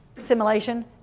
simulation